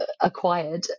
acquired